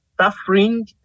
suffering